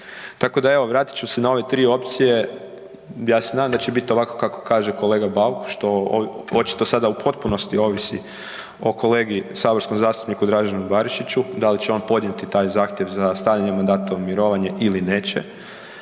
Tako da evo vratit ću se na ove 3 opcije. Ja se nadam da će bit ovako kako kaže kolega Bauk, što očito sada u potpunosti ovisi o kolegi saborskom zastupniku Draženu Barišiću da li će on podnijeti taj zahtjev za stavljanje mandata u mirovanje ili neće.